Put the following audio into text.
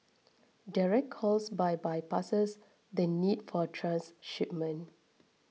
direct calls bypasses the need for transshipment